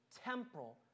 temporal